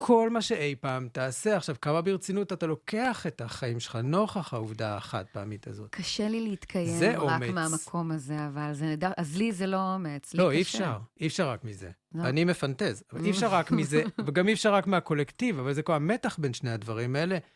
כל מה שאי פעם תעשה. עכשיו, כמה ברצינות אתה לוקח את החיים שלך, נוכח העובדה האחת פעמית הזאת. קשה לי להתקיים רק מהמקום הזה, אבל זה נדבר... אז לי זה לא אומץ, לי קשה. לא, אי אפשר. אי אפשר רק מזה. אני מפנטז. אי אפשר רק מזה, וגם אי אפשר רק מהקולקטיב, אבל זה כל כך... המתח בין שני הדברים האלה...